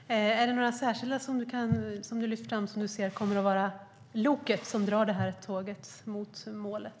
Herr talman! Finns det några särskilda som du, Åsa Romson, vill lyfta fram som loket som drar tåget mot målet?